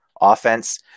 offense